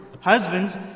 Husbands